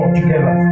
together